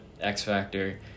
X-factor